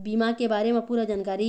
बीमा के बारे म पूरा जानकारी?